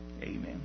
Amen